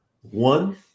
one